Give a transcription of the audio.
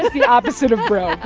the the opposite of bro.